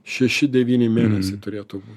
šeši devyni mėnesiai turėtų